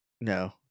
No